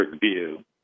view